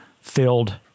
filled